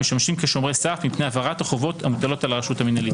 המשמשים כשומרי סף מפני הפרת החובות המוטלות על הרשות המנהלית.